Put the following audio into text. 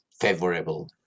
favorable